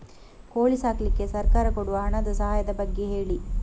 ಕೋಳಿ ಸಾಕ್ಲಿಕ್ಕೆ ಸರ್ಕಾರ ಕೊಡುವ ಹಣದ ಸಹಾಯದ ಬಗ್ಗೆ ಹೇಳಿ